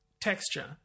Texture